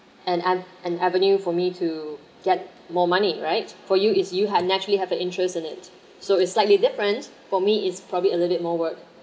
an ave~ an avenue for me to get more money right for you is you had naturally have an interest in it so it's slightly different for me is probably a little bit more work